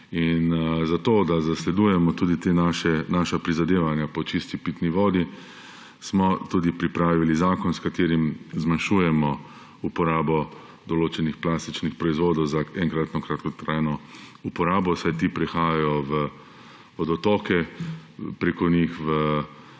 in zato, da zasledujemo tudi ta naša prizadevanja po čisti pitni vodi, smo tudi pripravili zakon, s katerim zmanjšujemo uporabo določenih plastičnih proizvodov za enkratno kratkotrajno uporabo, saj ti prehajajo v vodotoke, preko njih v